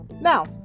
Now